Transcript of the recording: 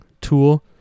tool